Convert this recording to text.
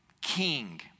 King